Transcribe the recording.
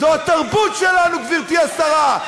זו התרבות שלנו, גברתי השרה.